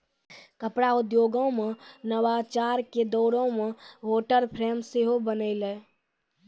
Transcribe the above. कपड़ा उद्योगो मे नवाचार के दौरो मे वाटर फ्रेम सेहो बनलै